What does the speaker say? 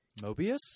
mobius